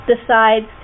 decides